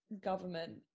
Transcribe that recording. government